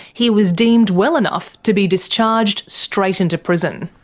he was deemed well enough to be discharged straight into prison.